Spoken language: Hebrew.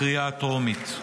לקריאה הטרומית.